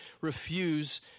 refuse